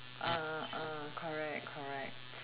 uh correct correct